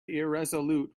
irresolute